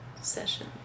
session